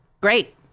Great